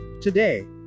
Today